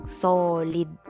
solid